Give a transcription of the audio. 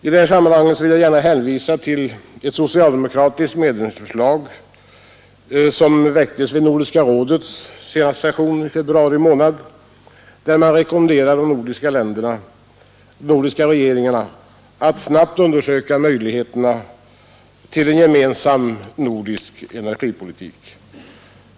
I detta sammanhang vill jag hänvisa till ett socialdemokratiskt medlemsförslag som väcktes vid Nordiska rådets senaste session i februari månad i år, där man rekommenderar de nordiska regeringarna att snabbt undersöka möjligheterna för en gemensam nordisk energipolitik.